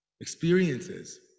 experiences